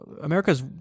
America's